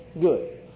good